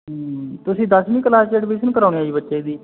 ਤੁਸੀਂ ਦਸਵੀਂ ਕਲਾਸ 'ਚ ਐਡਮਿਸ਼ਨ ਕਰਾਉਣੀ ਹੈ ਜੀ ਬੱਚੇ ਦੀ